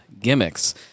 gimmicks